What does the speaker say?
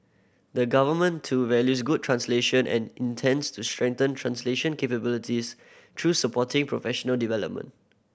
the Government too values good translation and intends to strengthen translation capabilities through supporting professional development